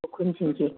ꯈꯨꯔꯈꯨꯜꯁꯤꯡꯁꯦ